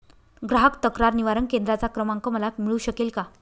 ग्राहक तक्रार निवारण केंद्राचा क्रमांक मला मिळू शकेल का?